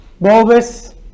bovis